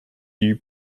die